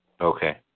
Okay